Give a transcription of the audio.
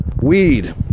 weed